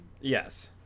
Yes